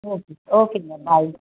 okay ஓகேங்க பாய்